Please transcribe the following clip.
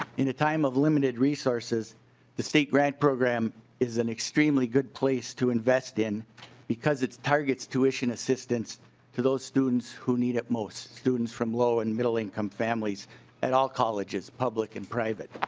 in a time of limited resources the state grants program is an extremely good place to invest in because it targets tuition assistance to those students who need it most. students from low and middle-income families at all colleges public and private.